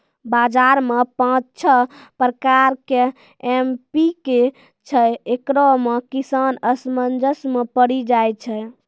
बाजार मे पाँच छह प्रकार के एम.पी.के छैय, इकरो मे किसान असमंजस मे पड़ी जाय छैय?